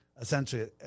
essentially